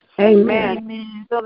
Amen